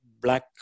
Black